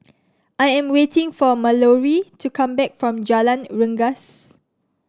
I am waiting for Mallorie to come back from Jalan Rengas